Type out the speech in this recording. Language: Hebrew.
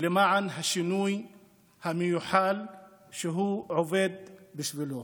למען השינוי המיוחל שהוא עובד בשבילו.